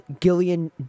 Gillian